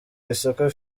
isoko